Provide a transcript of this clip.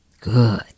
Good